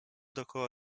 dookoła